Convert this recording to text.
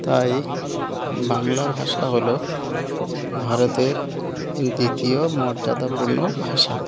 তাই বাংলা ভাষা হলো ভারতের দ্বিতীয় মর্যাদাপূর্ণ ভাষা